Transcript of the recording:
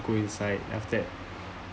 go inside after that